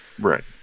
Right